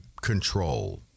control